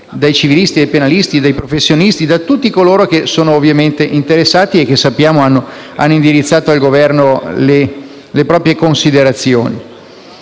dai civilisti, dai penalisti, dai professionisti, da tutti coloro che sono interessati e che sappiamo hanno indirizzato al Governo le proprie riflessioni.